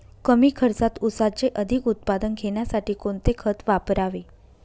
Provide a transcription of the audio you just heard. कमी खर्चात ऊसाचे अधिक उत्पादन घेण्यासाठी कोणते खत वापरावे?